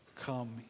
come